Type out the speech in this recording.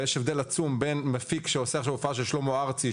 ויש הבדל עצום בין מפיק שעושה עכשיו הופעה של שלמה ארצי,